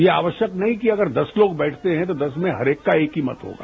यह आवश्यक नहीं कि अगर दस लोग बैठते हैं तो दस में हरेक का एक ही मत होगा